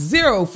Zero